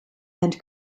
and